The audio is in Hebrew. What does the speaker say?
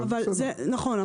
נכון,